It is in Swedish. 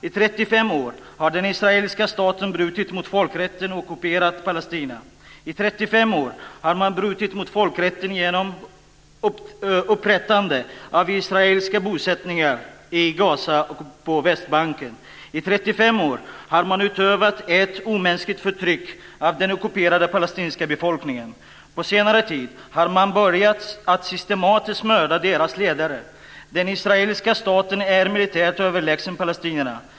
I 35 år har den israeliska staten brutit mot folkrätten och ockuperat Palestina. I 35 år har man brutit mot folkrätten genom upprättandet av israeliska bosättningar i Gaza och på Västbanken. I 35 år har man utövat ett omänskligt förtryck av den ockuperade palestinska befolkningen. På senare tid har man börjat att systematiskt mörda deras ledare. Den israeliska staten är militärt överlägsen palestinierna.